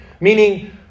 meaning